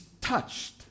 touched